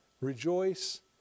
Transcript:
Rejoice